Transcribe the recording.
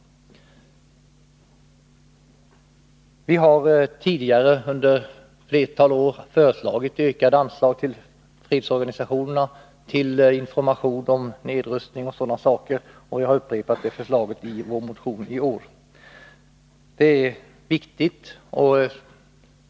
Vi har tidigare under ett flertal år föreslagit ökade anslag till fredsorganisationerna för information om nedrustning och sådana saker, och vi har upprepat det förslaget i vår motion i år.